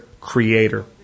creator